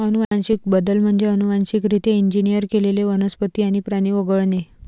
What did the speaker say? अनुवांशिक बदल म्हणजे अनुवांशिकरित्या इंजिनियर केलेले वनस्पती आणि प्राणी वगळणे